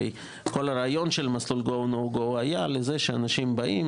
הרי כל הרעיון של המסלול GO/ No Go היה לזה שאנשים באים,